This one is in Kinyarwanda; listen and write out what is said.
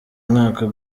mwaka